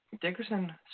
Dickerson